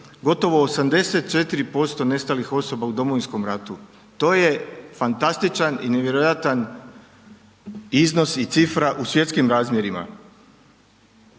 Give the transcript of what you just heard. gotovo 84% nestalih osoba u Domovinskom ratu. To je fantastičan i nevjerojatan iznos i cifra u svjetskim razmjerima.